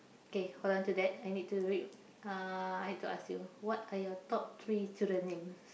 okay hold on to that I need to read uh I need to ask you what are your top three children name